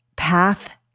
path